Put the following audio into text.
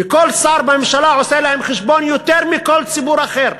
וכל שר בממשלה עושה להם חשבון יותר מלכל ציבור אחר.